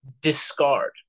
discard